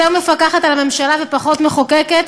יותר מפקחת על הממשלה ופחות מחוקקת,